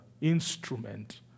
instrument